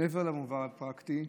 מעבר למובן הפרקטי,